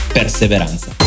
perseveranza